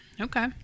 Okay